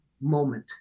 moment